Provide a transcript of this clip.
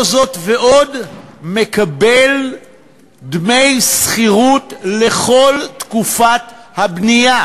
לא זאת אף זאת, מקבל דמי שכירות לכל תקופת הבנייה.